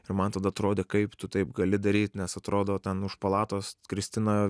ir man tada atrodė kaip tu taip gali daryt nes atrodo ten už palatos kristina